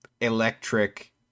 electric